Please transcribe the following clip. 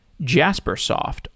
Jaspersoft